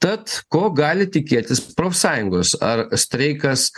tad ko gali tikėtis profsąjungos ar streikas